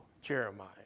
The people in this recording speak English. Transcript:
Jeremiah